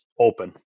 open